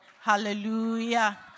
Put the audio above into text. Hallelujah